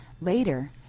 Later